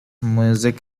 music